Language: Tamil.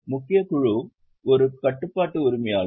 முக்கிய குழு ஒரு கட்டுப்பாட்டு உரிமையாளர்